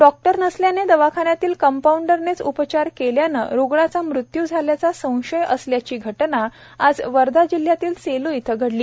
doctor नसल्याने दवाखान्यातील कंपाउंडरनेच उपचार केल्याने रुग्णाचा मृत्यू झाल्याचा संशय असल्याची घटना आज वर्धा जिल्ह्यातील सेलू इथं घडली